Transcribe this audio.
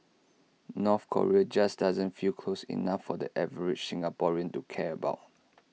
North Korea just doesn't feel close enough for the average Singaporean to care about